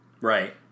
Right